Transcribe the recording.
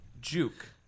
Juke